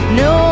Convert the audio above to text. no